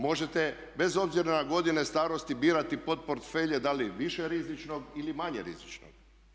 Možete bez obzira na godine starosti birati pod portfelje da li više rizičnog ili manje rizičnog.